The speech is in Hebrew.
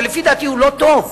שלפי דעתי הוא לא טוב,